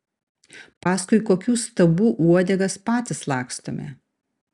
paskui kokių stabų uodegas patys lakstome